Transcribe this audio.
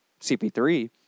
CP3